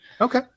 Okay